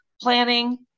planning